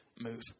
move